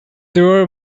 tour